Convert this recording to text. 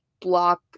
block